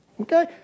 Okay